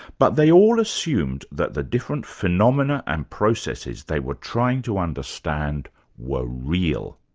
but they all assumed that the different phenomena and processes they were trying to understand were real.